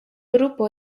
grupo